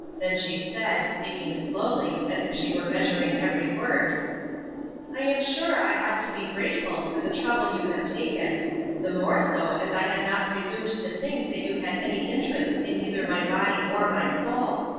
then she said, speaking slowly, as if she were measuring every word i am sure i ought to be grateful for the trouble you have taken the more so as i had not presumed to think that you had any interest in either my body or my soul.